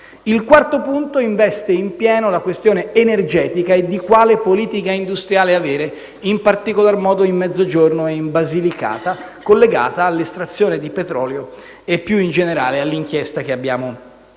Il quarto punto investe in pieno la questione energetica e la scelta di quale politica industriale avere, in particolar modo nel Mezzogiorno e in Basilicata, collegata all'estrazione di petrolio e, più in generale, all'inchiesta di cui andiamo